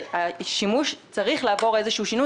השימוש צריך לעבור איזשהו שינוי.